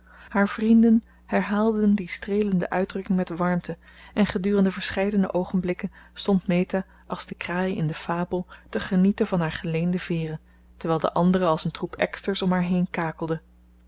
haar vrienden herhaalden die streelende uitdrukking met warmte en gedurende verscheidene oogenblikken stond meta als de kraai in de fabel te genieten van haar geleende veeren terwijl de anderen als een troep eksters om haar heen kakelden